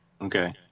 Okay